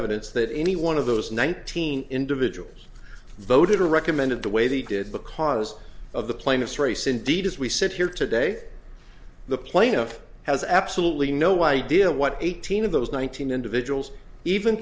evidence that any one of those nineteen individuals voted or recommended the way they did because of the plaintiff's race indeed as we sit here today the plaintiff has absolutely no idea what eighteen of those one thousand individuals even